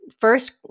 first